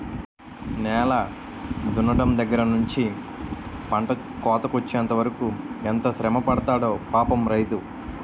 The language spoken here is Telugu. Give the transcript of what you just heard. నేల దున్నడం దగ్గర నుంచి పంట కోతకొచ్చెంత వరకు ఎంత శ్రమపడతాడో పాపం రైతు